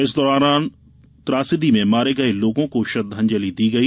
इस दौरान त्रासदी में मारे गये लोगों को श्रद्धांजली दी गई